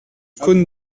cosne